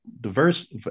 diverse